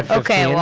okay,